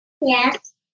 Yes